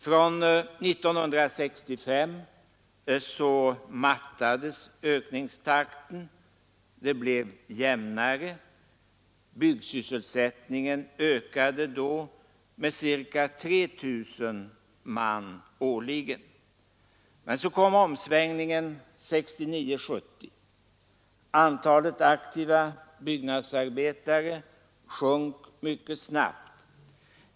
Från 1965 har ökningstakten mattats — det blev en jämnare utveckling, och byggsysselsättningen ökade med ca 3 000 man årligen. Men så kom omsvängningen 1969-1970. Antalet aktiva byggnadsarbetare sjönk mycket snabbt.